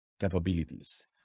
capabilities